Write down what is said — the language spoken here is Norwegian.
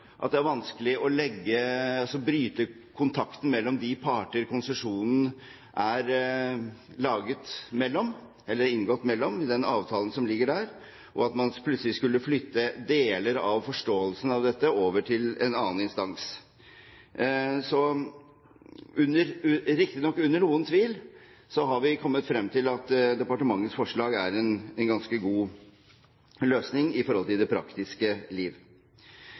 at det er vanskelig å bryte kontakten med de parter konsesjonen er inngått mellom, i den avtalen som ligger der, og plutselig skulle flytte deler av forståelsen av dette over til en annen instans. Riktignok under noe tvil så har vi kommet frem til at departementets forslag er en ganske god løsning i forhold til det praktiske liv.